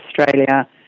Australia